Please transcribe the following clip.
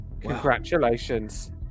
Congratulations